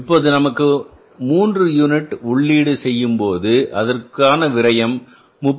இப்போது நமக்கு மூன்று யூனிட் உள்ளீடு செய்யும் போது அதற்கான விரையம் 33